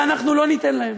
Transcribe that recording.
ואנחנו לא ניתן להם.